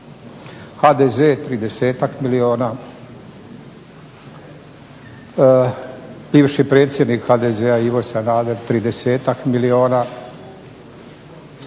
HDZ 30-ak milijuna, bivši predsjednik HDZ-a Ivo Sanader 30-ak milijuna